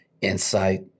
insight